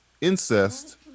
incest